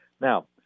Now